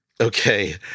Okay